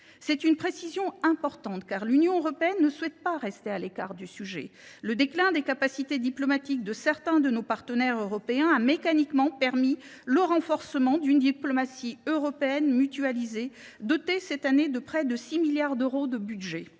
Cette précision est importante, car l’Union européenne ne souhaite pas rester à l’écart du sujet. Le déclin des capacités diplomatiques de certains de nos partenaires européens a mécaniquement permis le renforcement d’une diplomatie européenne mutualisée, dotée cette année de près de 6 milliards d’euros de budget.